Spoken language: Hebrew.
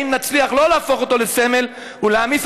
האם נצליח שלא להפוך אותו לסמל ולהעמיס